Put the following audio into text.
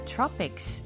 Tropics